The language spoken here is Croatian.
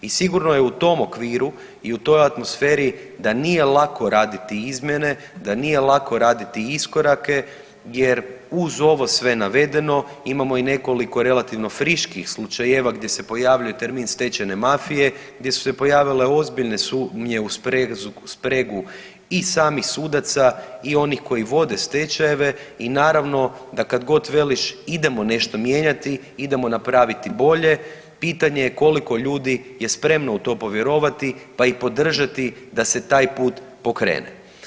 I sigurno je u tom okviru i u toj atmosferi da nije lako raditi izmjene, da nije lako raditi iskorake jer uz ovo sve navedeno imamo i nekoliko relativno friških slučajeva gdje se pojavljuje termin stečajne mafije, gdje su se pojavile ozbiljne sumnje u spregu i samih sudaca i onih koji vode stečajeve i naravno da kad god veliš idemo nešto mijenjati, idemo napraviti bolje, pitanje je koliko ljudi je spremno u to povjerovati, pa i podržati da se taj put pokrene.